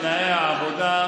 זה חלק מתנאי העבודה,